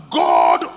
god